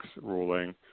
ruling